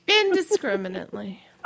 indiscriminately